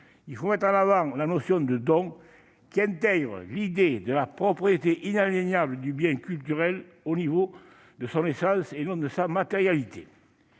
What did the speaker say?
il faut mettre en avant la notion de don, qui intègre l'idée de la propriété inaliénable du bien culturel au niveau de son essence, et non de sa matérialité.